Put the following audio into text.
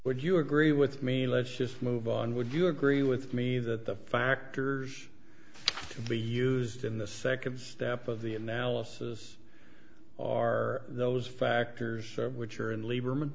would you agree with me let's just move on would you agree with me that the factors to be used in the second step of the analysis are those factors which are in lieberman